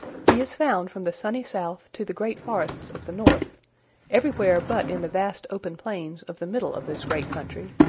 he is found from the sunny south to the great forests of the north everywhere but in the vast open plains of the middle of this great country.